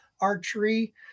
Archery